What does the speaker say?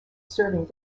serving